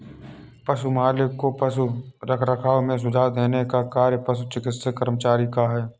पशु मालिक को पशु रखरखाव में सुझाव देने का कार्य पशु चिकित्सा कर्मचारी का है